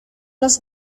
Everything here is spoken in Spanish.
los